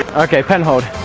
okay, penhold.